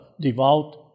devout